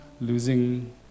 losing